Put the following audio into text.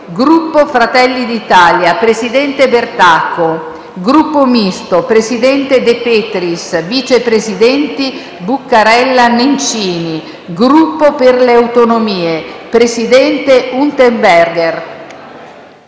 Gruppo Fratelli d’Italia Presidente: Bertacco Gruppo Misto Presidente: De Petris Vice Presidenti: Buccarella, Nencini Gruppo Per le Autonomie (SVP-PATT, UV) Presidente: Unterberger